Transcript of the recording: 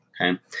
Okay